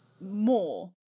more